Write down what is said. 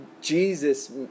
Jesus